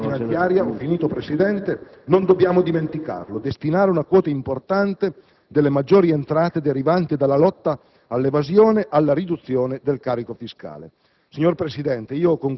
non dobbiamo dimenticarlo: destinare una quota importante delle maggiori entrate derivanti dalla lotta all'evasione alla riduzione del carico fiscale.